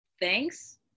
Thanks